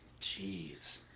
Jeez